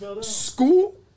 school